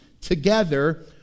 together